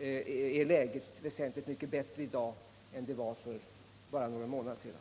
är läget trots allt väsentligt bättre i dag än det var för bara någon månad sedan.